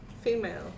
female